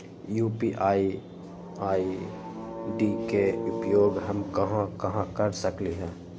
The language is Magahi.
यू.पी.आई आई.डी के उपयोग हम कहां कहां कर सकली ह?